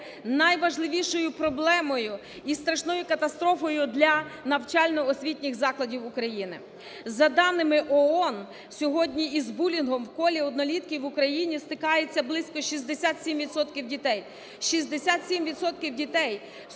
найважливішою проблемою і страшною катастрофою для навчально-освітніх закладів України. За даними ООН сьогодні із булінгом в колі однолітки в Україні стикаються близько 67 відсотків дітей,